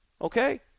okay